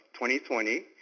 2020